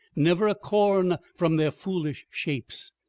never a corn from their foolish shapes,